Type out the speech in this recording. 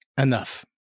enough